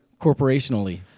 corporationally